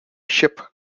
ship